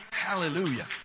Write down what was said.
Hallelujah